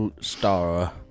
star